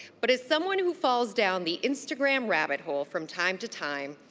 but as someone who falls down the instagram rabbit hole from time to time,